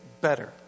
better